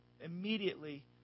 Immediately